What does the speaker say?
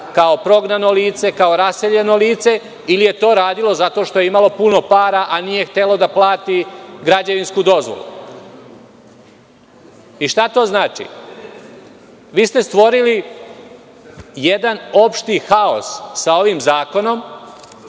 kao prognano lice, kao raseljeno lice ili je to radilo zato što je imalo puno para, a nije htelo da plati građevinsku dozvolu. Šta to znači? Stvorili ste jedan opšti haos sa ovim zakonom,